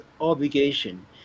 obligation